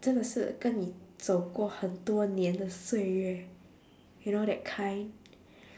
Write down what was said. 真的是跟你走过很多年的岁月 you know that kind